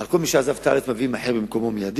על כל מי שעזב את הארץ, מביאים אחר במקומו מייד.